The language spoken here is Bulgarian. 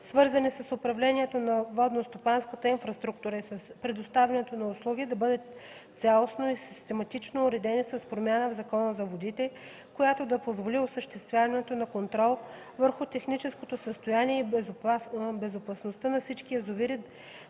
свързани с управлението на водностопанската инфраструктура и с предоставянето на услуги да бъдат цялостно и систематично уредени с промяна в Закона за водите, която да позволи осъществяването на контрол върху техническото състояние и безопасността на всички язовири,